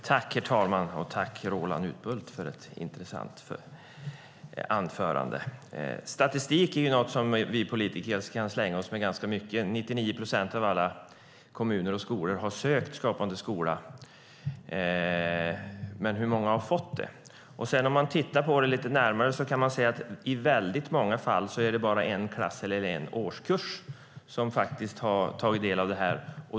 Herr talman! Jag tackar Roland Utbult för ett intressant anförande. Statistik är någonting som vi politiker kan slänga oss med ganska mycket. 99 procent av alla kommuner och skolor har sökt Skapande skola. Men hur många har fått det? Om man tittar på det lite närmare kan man se att det i många fall bara är en klass eller en årskurs som har tagit del av det hela.